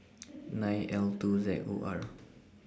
nine L two Z O R